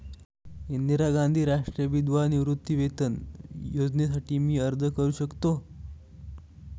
इंदिरा गांधी राष्ट्रीय विधवा निवृत्तीवेतन योजनेसाठी मी अर्ज करू शकतो?